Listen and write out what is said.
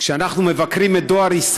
זה לא אירוע דתי, למה מסובך?